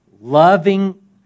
loving